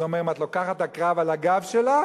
אז הוא אומר: אם את לוקחת עקרב על הגב שלך,